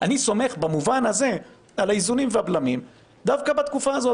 במובן הזה אני סומך על האיזונים והבלמים דווקא בתקופה הזאת,